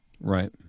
Right